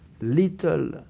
little